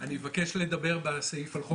אני מבקש לדבר בסעיף על החוק.